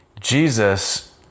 Jesus